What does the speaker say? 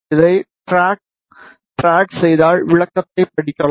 இதை ட்ராக் செய்தால் விளக்கத்தைப் படிக்கலாம்